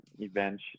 event